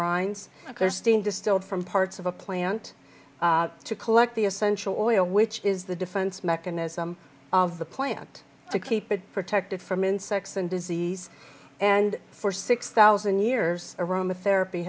steam distilled from parts of a plant to collect the essential oil which is the defense mechanism of the plant to keep it protected from insects and disease and for six thousand years aroma therapy